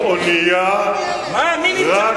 ברור לחלוטין שניתן לעצור אונייה רק על-ידי